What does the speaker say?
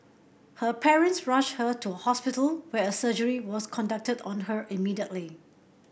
her parents rushed her to a hospital where a surgery was conducted on her immediately